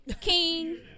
king